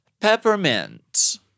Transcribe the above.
Peppermint